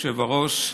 אדוני היושב-ראש,